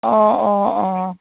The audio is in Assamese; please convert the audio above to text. অঁ অঁ অঁ